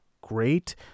great